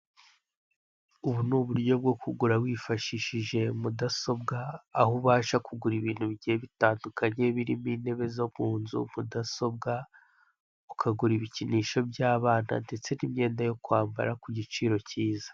Ubu ni uburyo bwo kugura wifashishije mudasobwa, aho ubasha kugura ibintu bigiye bitandukanye birimo intebe zo mu nzu, mudasobwa, ukagura ibikinisho by'abana ndetse n'imyenda yo kwambara ku giciro cyiza.